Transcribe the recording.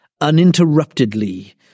uninterruptedly